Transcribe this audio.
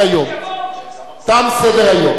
בשביל מה הם מקבלים משכורת?